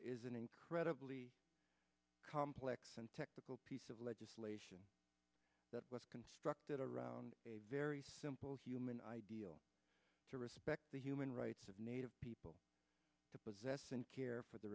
is an incredibly complex and technical piece of legislation that was constructed around a very simple human ideal to respect the human rights of native people to possess and care for the